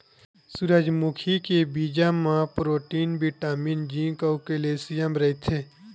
सूरजमुखी के बीजा म प्रोटीन, बिटामिन, जिंक अउ केल्सियम रहिथे